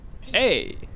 Hey